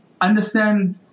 understand